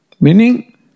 Meaning